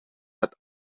het